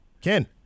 Ken